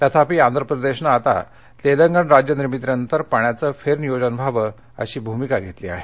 तथापि आंध्र प्रदेशने आता तेलंगण राज्य निर्मितीनंतर पाण्याचे फेर नियोजन व्हावे अशी भूमिका घेतली आहे